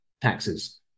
taxes